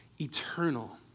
eternal